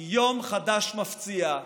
כי יום חדש מפציע,